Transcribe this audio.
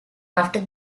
after